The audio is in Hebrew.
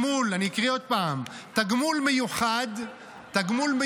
אני אקריא עוד פעם: תגמול מיוחד -- אבל